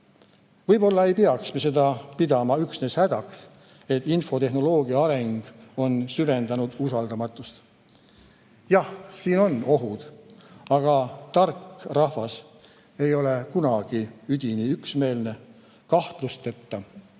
Võib-olla ei peaks me seda pidama üksnes hädaks, et infotehnoloogia areng on süvendanud usaldamatust. Jah, siin on ohud, aga tark rahvas ei ole kunagi üdini üksmeelne, kahtlusteta,